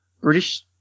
British